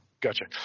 Gotcha